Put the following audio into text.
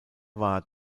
war